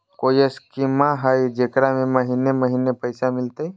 कोइ स्कीमा हय, जेकरा में महीने महीने पैसा मिलते?